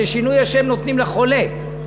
ששינוי השם נותנים לחולה.